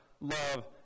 love